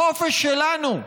החופש שלנו,